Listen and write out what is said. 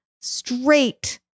straight